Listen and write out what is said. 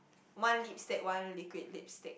one lipstick one liquid lipstick